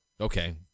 Okay